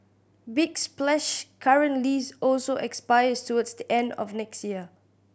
big Splash's current lease also expires towards the end of next year